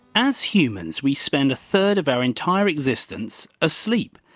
as humans we spend a third of our entire existence asleep.